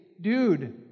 dude